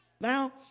now